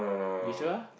you sure